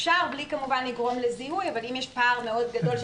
אפשר בלי כמובן לגרום לזיהוי אבל אם יש פער מאוד גדול,